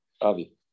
Avi